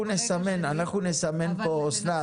אנחנו נסמן פה, אסנת.